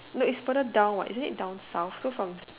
no it's further down what is it down South so from